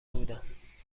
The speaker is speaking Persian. بودم